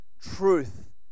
truth